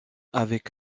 avec